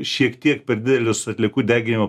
šiek tiek per didelius atliekų deginimo